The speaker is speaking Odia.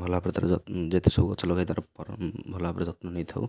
ଭଲ ଭାବରେ ତାର ଯତ୍ନ ଯେତେ ସବୁ ଗଛ ଲଗାଇଥାଉ ତାର ଭଲ ଭାବରେ ଯତ୍ନ ନେଇଥାଉ